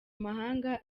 mahanga